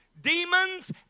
demons